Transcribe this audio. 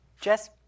Jess